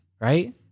right